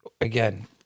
Again